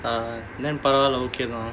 uh then பரவால்ல:paravaala okay lor